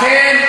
לא, את לא.